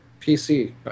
PC